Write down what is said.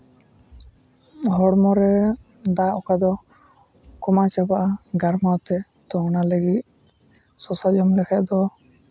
ᱦᱚᱲᱢᱚ ᱨᱮ ᱫᱟᱜ ᱚᱠᱟ ᱫᱚ ᱠᱚᱢᱟᱣ ᱪᱟᱵᱟᱜᱼᱟ ᱜᱟᱞᱢᱟᱨᱟᱣ ᱛᱮ ᱛᱚ ᱚᱱᱟ ᱞᱟᱹᱜᱤᱫ ᱥᱚᱥᱟ ᱡᱚᱢ ᱞᱮᱠᱷᱟᱱ ᱫᱚ